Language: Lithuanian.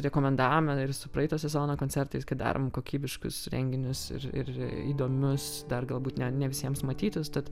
rekomendavome ir su praeito sezono koncertais kad darom kokybiškus renginius ir ir įdomius dar galbūt ne ne visiems matytus tad